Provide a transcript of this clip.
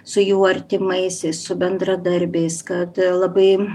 su jų artimaisiais su bendradarbiais kad labai